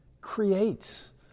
creates